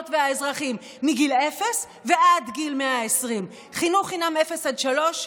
והאזרחים מגיל אפס עד גיל 120. חינוך חינם מאפס עד שלוש,